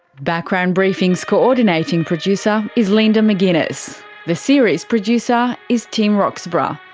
background briefing's coordinating producer is linda mcginness, the series producer is tim roxburgh,